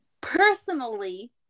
personally